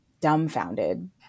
dumbfounded